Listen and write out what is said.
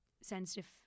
sensitive